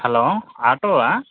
hello auto